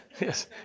Yes